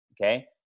okay